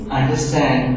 understand